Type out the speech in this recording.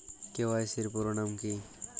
KYC এর পুরোনাম কী?